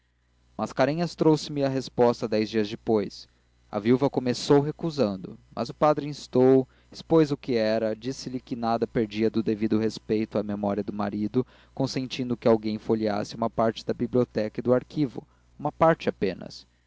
possível mascarenhas trouxe-me a resposta dez dias depois a viúva começou recusando mas o padre instou expôs o que era disse-lhe que nada perdia o devido respeito à memória do marido consentindo que alguém folheasse uma parte da biblioteca e do arquivo uma parte apenas